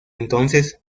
entonces